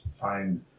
find